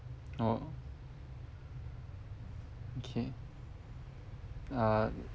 orh okay uh